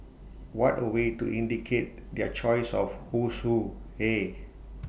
what A way to indicate their choice of Who's Who eh